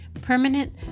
permanent